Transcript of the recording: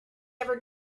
ever